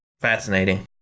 Fascinating